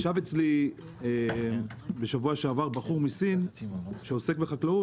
ישב אצלי בשבוע שעבר בחור מסין שעוסק בחקלאות,